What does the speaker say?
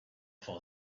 for